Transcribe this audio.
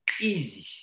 easy